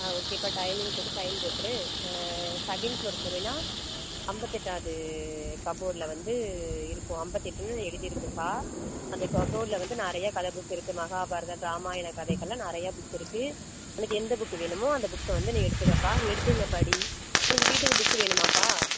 ஆ ஓகேப்பா டைமிங் போட்டு சைன் போட்ரு செகண்ட் ஃபிலோர் போனின்னா ஐம்பத்தெட்டாவது கபோடுல வந்து இருக்கும் அம்பத்து எட்டுன்னு எழுதி இருக்கும்ப்பா அந்த கபோடுல வந்து நிறைய கதை புக் இருக்கு மகாபாரதம் ராமாயண கதைகளில் நிறைய புக் இருக்கு உனக்கு எந்த புக் வேணுமோ அந்த புக்கை நீ எடுத்துக்கப்பா எடுத்து இங்கே படி உங்கள் வீட்டுக்கு புக் வேணுமாப்பா